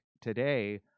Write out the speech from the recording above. today